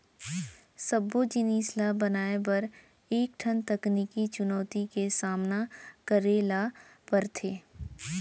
सबो जिनिस ल बनाए बर कइ ठन तकनीकी चुनउती के सामना करे ल परथे